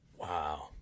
Wow